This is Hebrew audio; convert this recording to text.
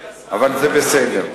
אבל, זה בסדר.